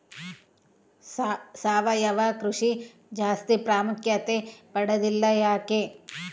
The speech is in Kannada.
ಸಾವಯವ ಕೃಷಿ ಜಾಸ್ತಿ ಪ್ರಾಮುಖ್ಯತೆ ಪಡೆದಿಲ್ಲ ಯಾಕೆ?